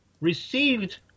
received